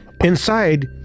Inside